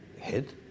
head